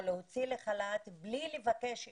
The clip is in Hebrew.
או להוציא לחל"ת בלי לבקש אישור,